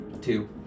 two